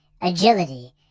agility